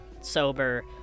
sober